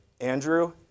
Andrew